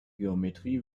geometrie